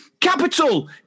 Capital